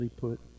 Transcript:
put